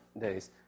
days